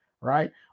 right